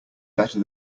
better